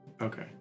Okay